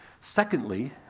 Secondly